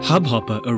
Hubhopper